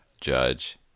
Judge